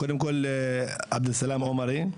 קודם כל אני עבד אלסלאם עומרי,